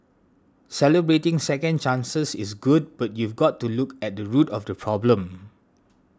celebrating second chances is good but you've got to look at the root of the problem